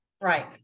Right